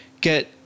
get